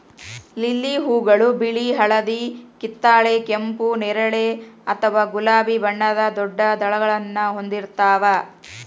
lily ಹೂಗಳು ಬಿಳಿ, ಹಳದಿ, ಕಿತ್ತಳೆ, ಕೆಂಪು, ನೇರಳೆ ಅಥವಾ ಗುಲಾಬಿ ಬಣ್ಣದ ದೊಡ್ಡ ದಳಗಳನ್ನ ಹೊಂದಿರ್ತಾವ